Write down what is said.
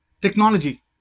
Technology